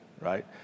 right